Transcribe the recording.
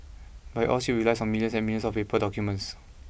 but it all still relies on millions and millions of paper documents